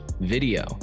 video